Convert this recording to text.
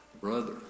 brother